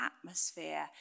atmosphere